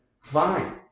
fine